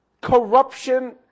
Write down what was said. corruption